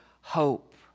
hope